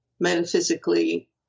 metaphysically